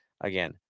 again